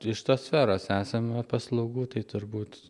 iš tos sferos esame paslaugų tai turbūt